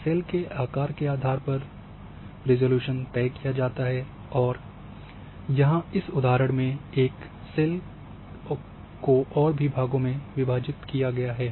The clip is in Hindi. सेल के आकार के आधार पर रिज़ॉल्यूशन तय किया जाता है और यह यहाँ इस उदाहरण में एक सेल और भी भागों में विभाजित किया गया है